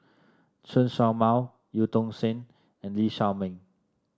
Chen Show Mao Eu Tong Sen and Lee Shao Meng